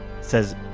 says